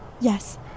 Yes